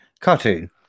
Cartoon